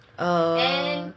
oh